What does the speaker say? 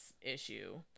issue